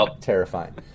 terrifying